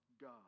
God